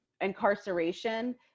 incarceration